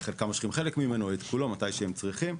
וחלקם מושכים חלק ממנו או את כולו מתי שהם צריכים.